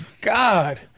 God